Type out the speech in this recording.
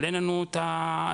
אבל אין לנו את הסמכות.